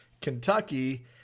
Kentucky